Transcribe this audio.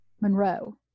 Monroe